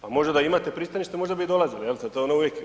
Pa možda da imate pristanište, možda bi i dolazili, jel' te.